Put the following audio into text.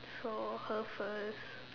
so her first